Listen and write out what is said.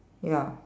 ya